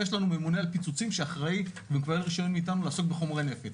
ויש לנו ממונה על פיצוצים שאחראי ומקבל רישיון מאיתנו לעסוק בחומרי נפץ.